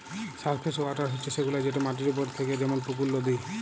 surface water হছে সেগুলা যেট মাটির উপরে থ্যাকে যেমল পুকুর, লদী